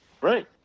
Right